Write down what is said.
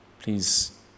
Please